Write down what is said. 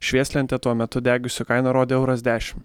švieslentė tuo metu degusi kaina rodė euras dešim